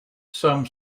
some